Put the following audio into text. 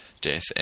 death